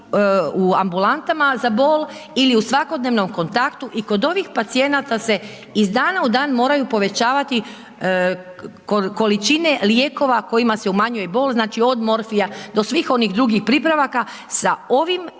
u ambulantama za bol ili u svakodnevnom kontaktu i kod ovih pacijenata se iz dana u dan moraju povećavati količine lijekova kojima se umanjuje bol, znači, od morfija do svih onih drugih pripravaka, sa ovim,